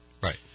right